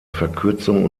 verkürzung